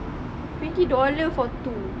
twenty dollar for two